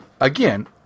again